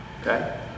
Okay